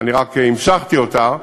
אני רק המשכתי אותה,